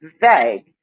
vague